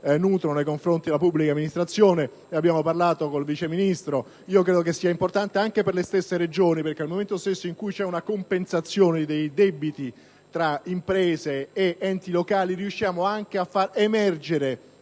vantano nei confronti della pubblica amministrazione. Ne abbiamo parlato con il Vice Ministro. Credo che tale questione sia importante anche per le Regioni, perché nel momento in cui c'è una compensazione dei debiti tra imprese ed enti locali, riusciamo a far emergere